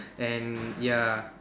and ya